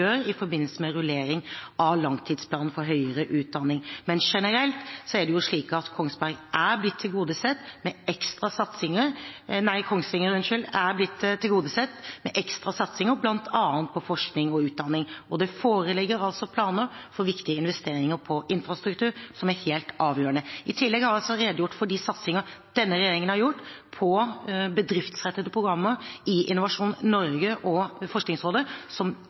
i forbindelse med rullering av langtidsplanen for høyere utdanning. Generelt er det slik at Kongsberg – nei, Kongsvinger, unnskyld – er blitt tilgodesett med ekstra satsinger, bl.a. på forskning og utdanning. Det foreligger planer for viktige investeringer i infrastruktur som er helt avgjørende. I tillegg har jeg redegjort for de satsinger denne regjeringen har gjort på bedriftsrettede programmer i Innovasjon Norge og Forskningsrådet, som